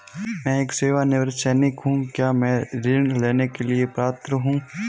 मैं एक सेवानिवृत्त सैनिक हूँ क्या मैं ऋण लेने के लिए पात्र हूँ?